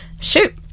shoot